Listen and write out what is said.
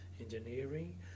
engineering